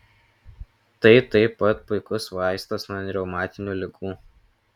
tai taip pat puikus vaistas nuo reumatinių ligų